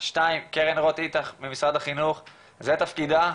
קרן רוט איטח ממשרד החינוך זה תפקידה.